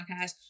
podcast